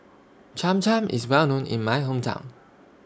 Cham Cham IS Well known in My Hometown